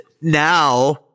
now